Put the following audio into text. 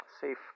Safe